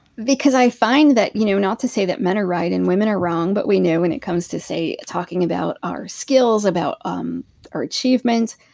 because i find that, you know not to say that men are right and women are wrong. but we know when it comes to, say talking about our skills, about um our achievements,